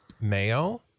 Mayo